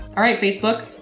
alright facebook.